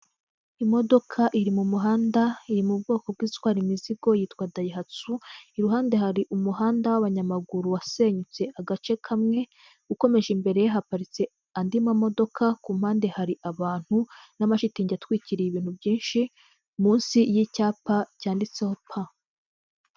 Imodoka iri mu muhanda, iri mu bwoko bw'itwara imizigo yitwa daihatsu, iruhande hari umuhanda w'abanyamaguru, wasenyutse agace kamwe, ukomeje imbere, haparitse andi ma modoka, ku mpande hari abantu, n'amashitingi atwikiriye ibintu byinshi, munsi y'icyapa cyanditseho p.